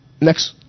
Next